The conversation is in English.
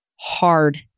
hard